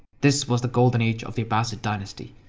this was the golden age of the abbasid dynasty.